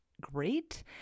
great